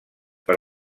per